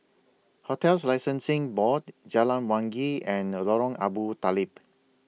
hotels Licensing Board Jalan Wangi and Lorong Abu Talib